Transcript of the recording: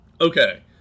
Okay